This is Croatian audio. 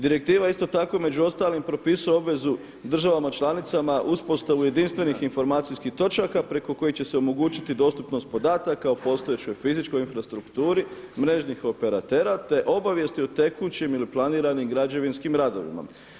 Direktiva isto tako među ostalim propisuje obvezu državama članicama uspostavu jedinstvenih informacijskih točaka preko kojih će se omogućiti dostupnost podataka o postojećoj fizičkoj infrastrukturi mrežnih operatera, te obavijesti o tekućim ili planiranim građevinskim radovima.